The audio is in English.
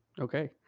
Okay